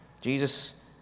Jesus